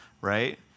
right